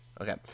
Okay